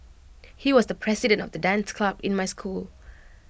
he was the president of the dance club in my school